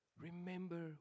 Remember